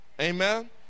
Amen